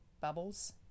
bubbles